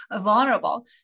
vulnerable